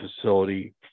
facility